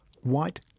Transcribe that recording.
white